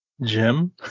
Jim